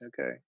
Okay